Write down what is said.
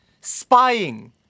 Spying